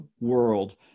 world